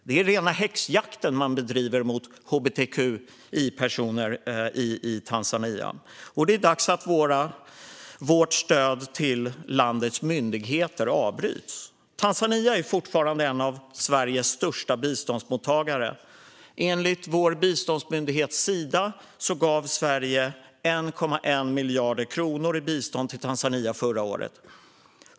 Det är rena häxjakten man bedriver på hbtqi-personer i Tanzania. Det är dags att Sveriges stöd till landets myndigheter avbryts. Tanzania är fortfarande en av Sveriges största biståndsmottagare. Enligt vår biståndsmyndighet Sida gav Sverige 1,1 miljarder kronor i bistånd till Tanzania förra året.